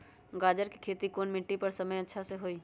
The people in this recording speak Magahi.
गाजर के खेती कौन मिट्टी पर समय अच्छा से होई?